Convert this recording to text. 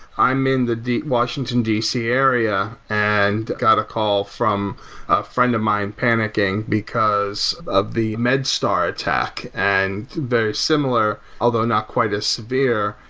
i'm in the the washington, d c. area and got a call from a friend of mine panicking because of the medstar attack. and very similar, although not quite as severe,